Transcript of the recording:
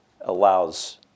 allows